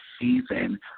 season